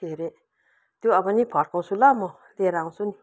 के अरे त्यो अब नि फर्काउँछु ल म लिएर आउँछु नि